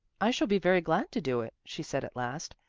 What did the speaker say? i shall be very glad to do it, she said at last.